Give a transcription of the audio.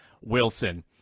Wilson